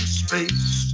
space